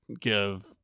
give